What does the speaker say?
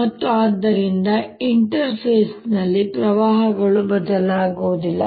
ಮತ್ತು ಆದ್ದರಿಂದ ಇಂಟರ್ಫೇಸ್ನಲ್ಲಿನ ಪ್ರವಾಹಗಳು ಬದಲಾಗುವುದಿಲ್ಲ